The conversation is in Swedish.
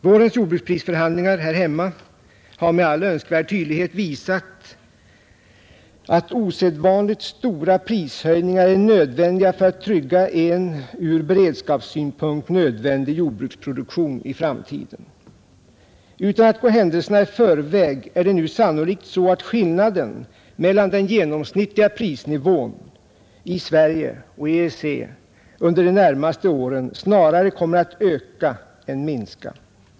Vårens jordbruksprisförhandlingar här hemma har med all önskvärd tydlighet visat att osedvanligt stora prishöjningar är ofrånkomliga för att trygga en ur beredskapssynpunkt nödvändig jordbruksproduktion i framtiden. Utan att gå händelserna i förväg är det nu sannolikt så att skillnaden mellan den genomsnittliga prisnivån i Sverige och den i EEC under de närmaste åren snarare kommer att öka än att minska.